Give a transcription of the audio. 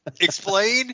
explain